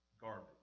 Garbage